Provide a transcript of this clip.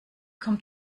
kommt